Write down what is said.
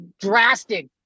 drastic